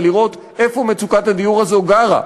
ולראות איפה מצוקת הדיור הזאת גרה,